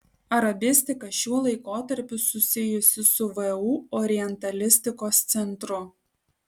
arabistika šiuo laikotarpiu susijusi su vu orientalistikos centru